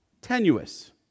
tenuous